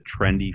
trendy